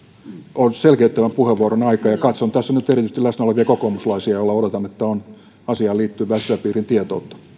on selkeyttävän puheenvuoron aika ja katson tässä nyt erityisesti läsnä olevia kokoomuslaisia joilla odotan olevan asiaan liittyvää sisäpiirin tietoutta